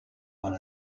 one